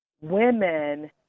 women